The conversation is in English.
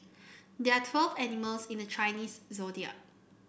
there are twelve animals in the Chinese Zodiac